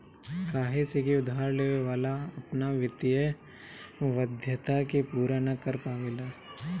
काहे से की उधार लेवे वाला अपना वित्तीय वाध्यता के पूरा ना कर पावेला